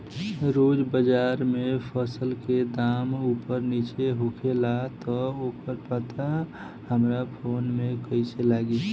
रोज़ बाज़ार मे फसल के दाम ऊपर नीचे होखेला त ओकर पता हमरा फोन मे कैसे लागी?